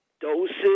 doses